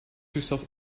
herself